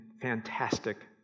fantastic